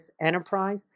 enterprise